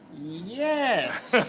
yes.